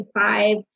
five